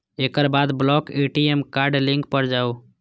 एकर बाद block ATM card link पर जाउ